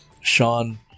Sean